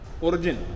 origin